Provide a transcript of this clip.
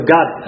God